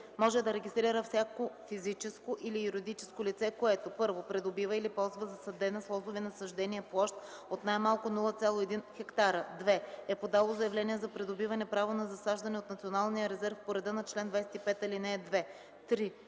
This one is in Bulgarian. може да регистрира всяко физическо или юридическо лице, което: 1. придобива или ползва засадена с лозови насаждения площ от най-малко 0,1 хектара; 2. е подало заявление за придобиване право на засаждане от Националния резерв по реда на чл. 25, ал.2; 3.